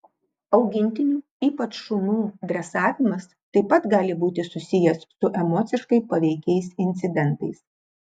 augintinių ypač šunų dresavimas taip pat gali būti susijęs su emociškai paveikiais incidentais